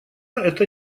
это